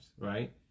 right